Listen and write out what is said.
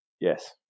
yes